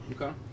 Okay